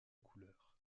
couleur